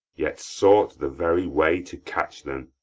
yet sought the very way to catch them.